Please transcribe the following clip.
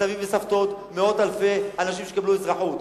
וסבים וסבתות, מאות אלפי אנשים שיקבלו אזרחות.